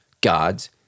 God's